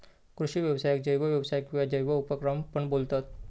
कृषि व्यवसायाक जैव व्यवसाय किंवा जैव उपक्रम पण बोलतत